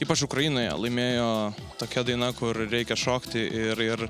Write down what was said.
ypač ukrainoje laimėjo tokia daina kur reikia šokti ir ir